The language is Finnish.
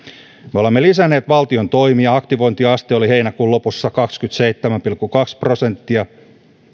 me olemme lisänneet valtion toimia aktivointiaste oli heinäkuun lopussa kaksikymmentäseitsemän pilkku kaksi prosenttia